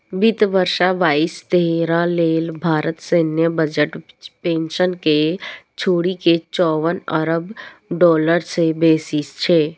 वित्त वर्ष बाईस तेइस लेल भारतक सैन्य बजट पेंशन कें छोड़ि के चौवन अरब डॉलर सं बेसी छै